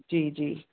जी जी